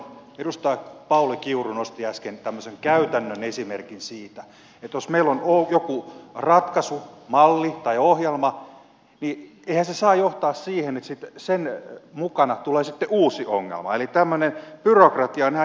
edustaja pauli kiuru nosti äsken tämmöisen käytännön esimerkin siitä että jos meillä on joku ratkaisumalli tai ohjelma niin eihän se saa johtaa siihen että sen mukana tulee sitten uusi ongelma eli tämmöinen byrokratia on ihan järjetöntä